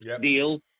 deal